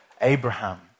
Abraham